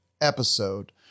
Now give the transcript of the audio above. episode